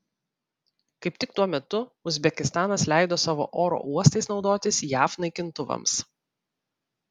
kaip tik tuo metu uzbekistanas leido savo oro uostais naudotis jav naikintuvams